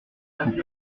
couples